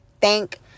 thank